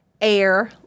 air